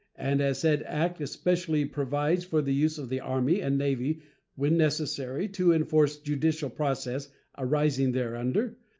and as said act especially provides for the use of the army and navy when necessary to enforce judicial process arising thereunder,